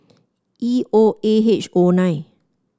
E O A H O nine